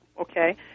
okay